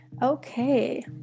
okay